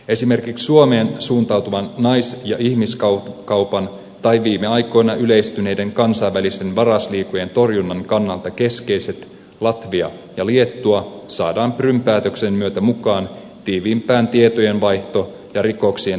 esimerkiksi suomeen suuntautuvan nais ja ihmiskaupan tai viime aikoina yleistyneiden kansainvälisten varasliigojen torjunnan kannalta keskeiset latvia ja liettua saadaan prum päätöksen myötä mukaan tiiviimpään tietojenvaihto ja rikoksientorjuntayhteistyöhön